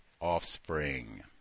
offspring